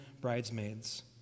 bridesmaids